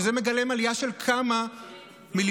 וזה מגלם עלייה של כמה מיליונים?